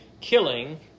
killing